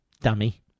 dummy